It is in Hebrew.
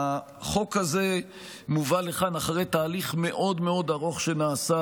החוק הזה מובא לכאן אחרי תהליך מאוד מאוד ארוך שנעשה,